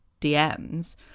DMs